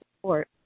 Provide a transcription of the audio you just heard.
support